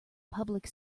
public